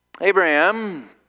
Abraham